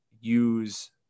use